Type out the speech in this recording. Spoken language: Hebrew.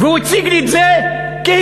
והוא הציג לי את זה כהישג.